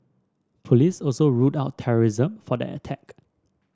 police also ruled out terrorism for that attack